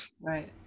Right